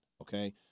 Okay